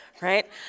Right